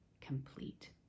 complete